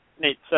Nate